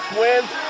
wins